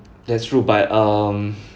that's true but um